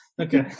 Okay